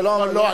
זה לא מה --- לא.